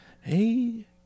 Hey